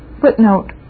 Footnote